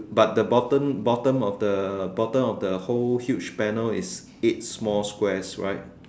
but the bottom bottom of the bottom of the whole huge panel is eight small squares right